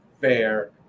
fair